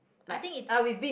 I think it's